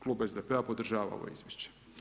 Klub SDP-a podržava ovo izvješće.